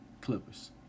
Clippers